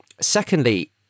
Secondly